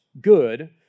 good